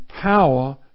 power